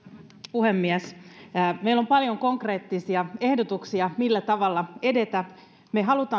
puhemies meillä on paljon konkreettisia ehdotuksia millä tavalla edetä me haluamme